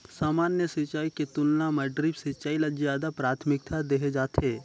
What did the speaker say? सामान्य सिंचाई के तुलना म ड्रिप सिंचाई ल ज्यादा प्राथमिकता देहे जाथे